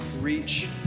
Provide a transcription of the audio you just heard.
reach